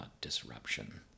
disruption